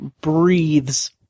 breathes